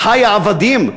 "אחי העבדים",